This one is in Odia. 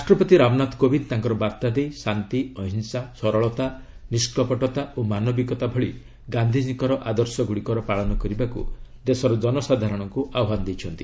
ରାଷ୍ଟ୍ରପତି ରାମନାଥ କୋବିନ୍ଦ ତାଙ୍କର ବାର୍ତ୍ତା ଦେଇ ଶାନ୍ତି ଅହିଂସା ସରଳତା ନିଷ୍କପଟତା ଓ ମାନବିକତା ଭଳି ଗାନ୍ଧିଜୀଙ୍କର ଆଦର୍ଶଗୁଡ଼ିକର ପାଳନ କରିବାକୁ ଦେଶର ଜନସାଧାରଣଙ୍କୁ ଆହ୍ୱାନ ଦେଇଛନ୍ତି